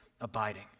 Abiding